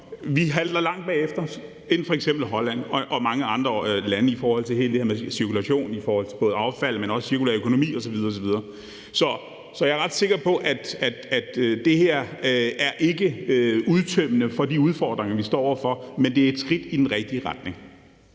– halter vi langt bagefter Holland og mange andre lande i forhold til alt det her med cirkulation, både i forhold til affald, men også cirkulær økonomi osv. osv. Så jeg er ret sikker på, at det her ikke er et udtømmende svar på de udfordringer, vi står over for, men det er et skridt i den rigtige retning.